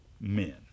men